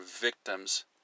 victims